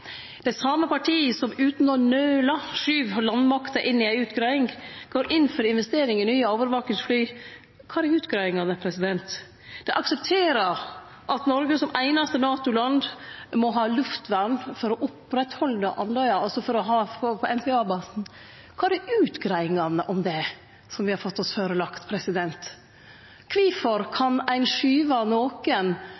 same partiet som utan å nøle skuver landmakta inn i ei utgreiing, går inn for investering i nye overvakingsfly. Kvar er utgreiingane? Dei aksepterer at Noreg som einaste NATO-land må ha luftvern for å halde fram på Andøya, altså MPA-basen. Kvar er utgreiinga om det som er vorte lagt fram for oss? Kvifor